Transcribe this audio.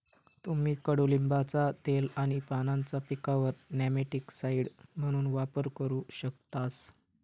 तुम्ही कडुलिंबाचा तेल आणि पानांचा पिकांवर नेमॅटिकसाइड म्हणून वापर करू शकतास